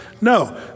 No